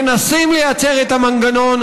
מנסים לייצר את המנגנון,